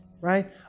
right